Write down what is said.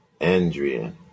Andrea